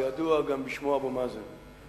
הידוע גם בשמו אבו מאזן,